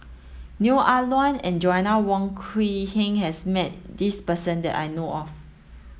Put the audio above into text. Neo Ah Luan and Joanna Wong Quee Heng has met this person that I know of